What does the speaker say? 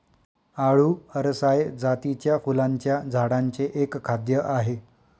आळु अरसाय जातीच्या फुलांच्या झाडांचे एक खाद्य आहे